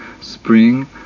spring